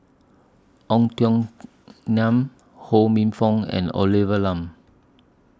Ong Tiong Khiam Ho Minfong and Olivia Lum